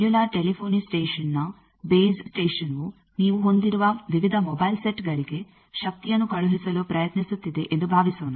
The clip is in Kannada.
ಸೆಲ್ಯುಲಾರ್ ಟೆಲಿಫೋನಿ ಸ್ಟೇಷನ್ನ ಬೇಸ್ ಸ್ಟೇಷನ್ವು ನೀವು ಹೊಂದಿರುವ ವಿವಿಧ ಮೊಬೈಲ್ ಸೆಟ್ಗಳಿಗೆ ಶಕ್ತಿಯನ್ನು ಕಳುಹಿಸಲು ಪ್ರಯತ್ನಿಸುತ್ತಿದೆ ಎಂದು ಭಾವಿಸೋಣ